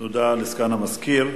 תודה לסגן המזכיר.